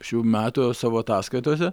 šių metų savo ataskaitose